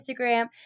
Instagram